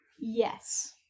Yes